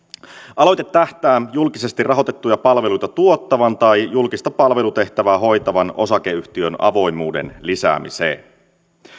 aloite tähtää julkisesti rahoitettuja palveluita tuottavan tai julkista palvelutehtävää hoitavan osakeyhtiön avoimuuden lisäämiseen